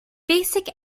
basic